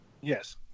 Yes